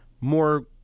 more